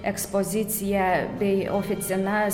ekspoziciją bei oficinas